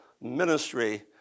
ministry